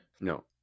No